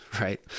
right